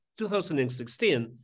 2016